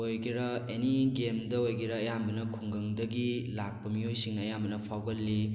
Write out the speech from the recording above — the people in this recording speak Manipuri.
ꯑꯣꯏꯒꯦꯔ ꯑꯦꯅꯤ ꯒꯦꯝꯗ ꯑꯣꯏꯒꯦꯔ ꯑꯌꯥꯝꯕꯅ ꯈꯨꯡꯒꯪꯗꯒꯤ ꯂꯥꯛꯄ ꯃꯤꯑꯣꯏꯁꯤꯡꯅ ꯑꯌꯥꯝꯕꯅ ꯐꯥꯎꯒꯜꯂꯤ